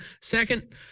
Second